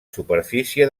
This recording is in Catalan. superfície